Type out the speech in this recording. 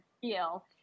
feel